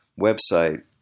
website